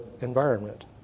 environment